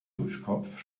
duschkopf